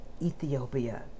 Ethiopia